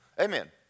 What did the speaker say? Amen